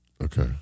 Okay